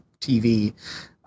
TV